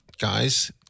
guys